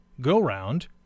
go-round